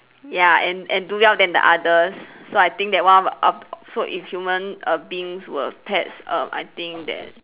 ya and and do well than the others so I think that one of of so if human err beings were pets err I think that